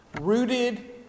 Rooted